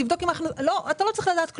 כאזרח הוא לא צריך לדעת כלום.